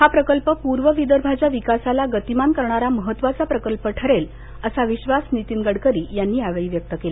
हा प्रकल्प पूर्व विदर्भाच्या विकासाला गतीमान करणारा महत्वाचा प्रकल्प ठरेल असा विश्वास नीतीन गडकरी यांनी यावेळी व्यक्त केला